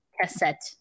Cassette